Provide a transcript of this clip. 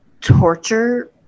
torture